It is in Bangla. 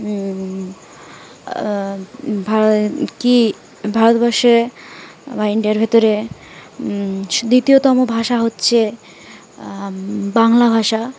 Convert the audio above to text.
ভার কি ভারতবর্ষে বা ইন্ডিয়ার ভেতরে দ্বিতীয়তম ভাষা হচ্ছে বাংলা ভাষা